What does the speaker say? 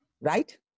Right